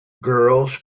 girls